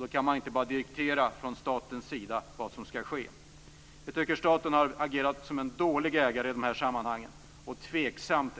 Då kan man från statens sida inte bara diktera vad som skall ske. Vi tycker att staten har agerat som en dålig ägare i de här sammanhangen. Det är även tveksamt